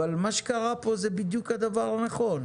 אבל מה שקרה פה הוא בדיוק הדבר הנכון.